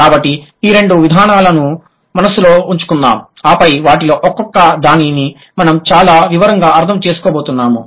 కాబట్టి ఈ రెండు విధానాలను మనస్సులో ఉంచుకుందాం ఆపై వాటిలో ఒకొక్క దానిని మనం చాలా వివరంగా అర్థం చేసుకోబోతున్నాము